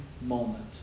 moment